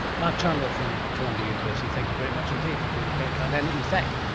mark chandler from columbia university, thank you very much indeed, you've been very kind and in fact,